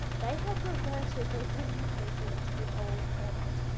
they have reverted their grinning emoji into the old format.